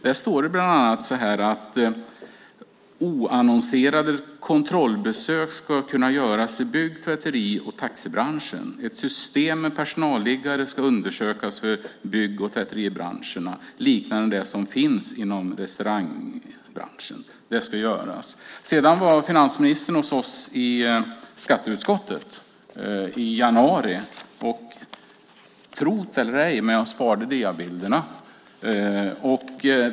Där står det bland annat så här: Oannonserade kontrollbesök ska kunna göras i bygg-, tvätteri och taxibranschen. Ett system med personalliggare ska undersökas för bygg och tvätteribranscherna, liknande det som finns inom restaurangbranschen. Det ska göras. Sedan var finansministern hos oss i skatteutskottet i januari. Tro det eller ej, men jag sparade diabilderna.